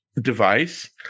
device